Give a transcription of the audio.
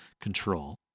control